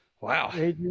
Wow